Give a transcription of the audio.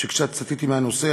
שקצת סטיתי מהנושא,